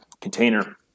container